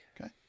Okay